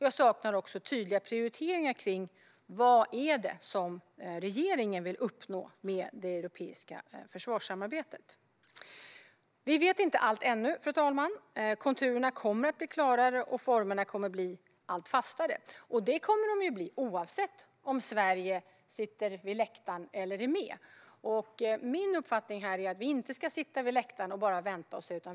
Jag saknar också tydliga prioriteringar för vad regeringen vill uppnå med det europeiska försvarssamarbetet. Vi vet inte allt ännu, fru talman. Konturerna kommer att bli klarare och formerna allt fastare, och det kommer de att bli oavsett om Sverige sitter på läktaren eller är med. Min uppfattning är att vi inte ska sitta på läktaren och bara vänta och se.